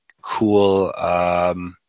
cool